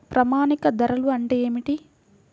ప్రామాణిక ధరలు అంటే ఏమిటీ?